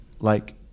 like-